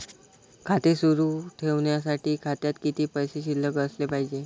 खाते सुरु ठेवण्यासाठी खात्यात किती पैसे शिल्लक असले पाहिजे?